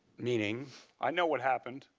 meaning i know what happened.